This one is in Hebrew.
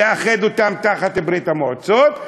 לאחד אותן תחת ברית המועצות,